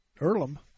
Earlham